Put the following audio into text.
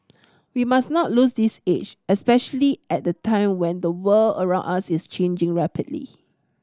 we must not lose this edge especially at the time when the world around us is changing rapidly